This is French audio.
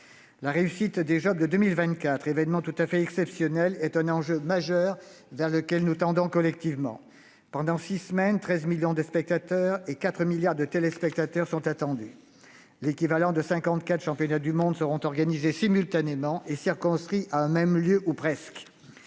La réussite des Jeux de 2024, événement tout à fait exceptionnel, est un enjeu majeur auquel nous adhérons collectivement. Pendant six semaines, 13 millions de spectateurs et 4 milliards de téléspectateurs sont attendus. L'équivalent de cinquante-quatre championnats du monde seront organisés simultanément et circonscrits à un même lieu, ou presque.